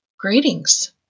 Greetings